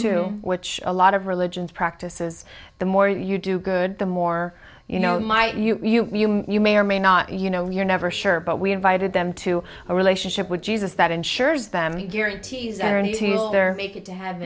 to which a lot of religions practices the more you do good the more you know might you you may or may not you know you're never sure but we invited them to a relationship with jesus that ensures them he guarantees and he to make it to have